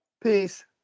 Peace